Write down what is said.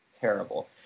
terrible